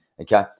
okay